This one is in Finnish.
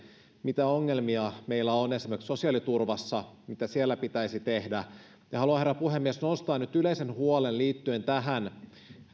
mitä ongelmia meillä on esimerkiksi sosiaaliturvassa ja mitä siellä pitäisi tehdä joten haluan herra puhemies nostaa nyt esiin yleisen huolen liittyen tähän